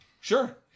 sure